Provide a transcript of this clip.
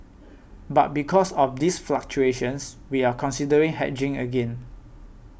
but because of these fluctuations we are considering hedging again